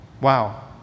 wow